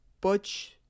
butch